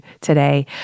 today